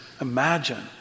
Imagine